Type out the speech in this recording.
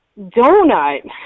donut